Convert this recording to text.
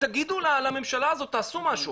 תגידו לממשלה, תעשו משהו.